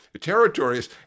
territories